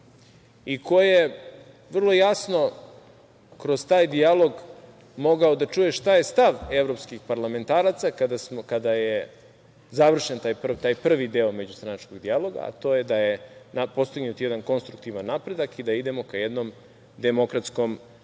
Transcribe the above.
i ko je vrlo jasno kroz taj dijalog mogao da čuje šta je stav evropskih parlamentaraca kada je završen taj prvi deo međustranačkog dijaloga, a to je da je na postignut jedan konstruktivan napredak i da idemo ka jednom demokratskom duhu